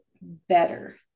better